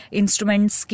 instruments